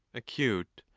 acute,